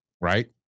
right